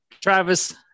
travis